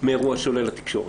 מאירוע שעולה לתקשורת.